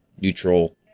neutral